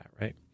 right